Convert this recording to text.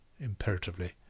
imperatively